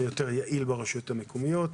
יותר יעיל ברשויות המקומיות.